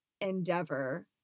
endeavor